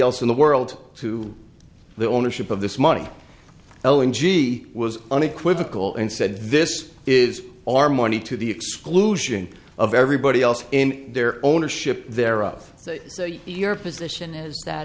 else in the world to the ownership of this money l and g was unequivocal and said this is our money to the exclusion of everybody else in their ownership there of your position is that